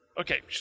Okay